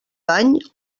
bany